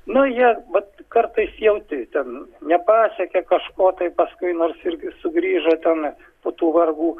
nu jie vat kartais jauti ten nepasiekė kažko tai paskui nors irgi sugrįžo ten po tų vargų